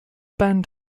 band